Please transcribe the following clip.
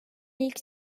ilk